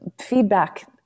feedback